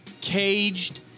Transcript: Caged